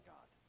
God